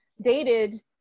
dated